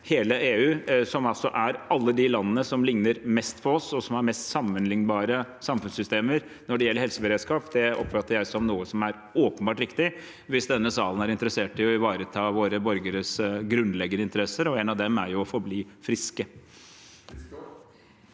hele EU, som altså er alle de landene som ligner mest på oss, og som har mest sammenlignbare samfunnssystemer når det gjelder helseberedskap, oppfatter jeg som noe som er åpenbart riktig hvis denne salen er interessert i å ivareta våre borgeres grunnleggende interesser, og en av dem er jo å forbli friske.